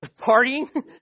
Partying